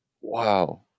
wow